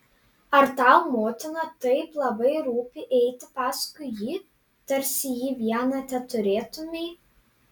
ar tau motina taip labai rūpi eiti paskui jį tarsi jį vieną teturėtumei